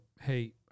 hey